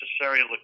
necessary